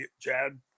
Chad